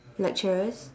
lecturers